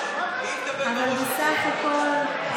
אבל בסך הכול,